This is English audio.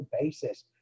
basis